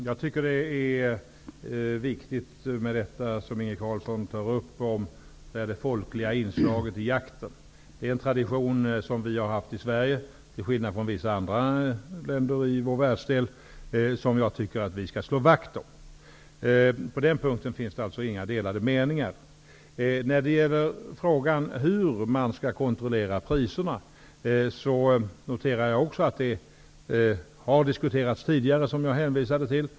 Herr talman! Det folkliga inslaget i jakten, som Inge Carlsson här tar upp är viktigt. Det är en tradition som Sverige har, till skillnad från vissa andra länder i vår världsdel. Den traditionen tycker jag att vi skall slå vakt om, så på den punkten har vi inga delade meningar, Inge Carlsson och jag. Hur man skall kontrollera priserna har tidigare diskuterats, som jag hänvisade till.